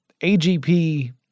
AGP